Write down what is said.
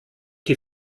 die